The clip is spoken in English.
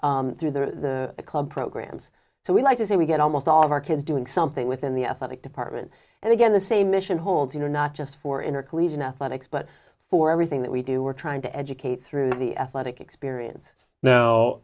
through through the club programs so we like to say we get almost all of our kids doing something within the athletic department and again the same mission holds you know not just for intercollegiate athletics but for everything that we do we're trying to educate through the athletic experience now